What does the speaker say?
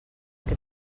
que